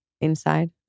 inside